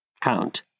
count